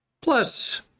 Plus